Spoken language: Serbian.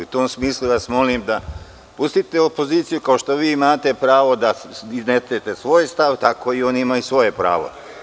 U tom smislu vas molim da pustite opoziciju, jer kao što vi imate pravo da iznesete svoj stav, tako i oni imaju svoje pravo.